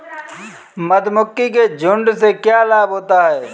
मधुमक्खी के झुंड से क्या लाभ होता है?